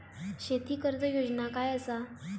शेती कर्ज योजना काय असा?